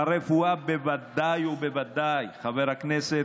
ברפואה בוודאי ובוודאי.